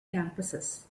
campuses